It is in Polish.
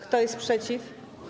Kto jest przeciw?